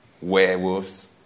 werewolves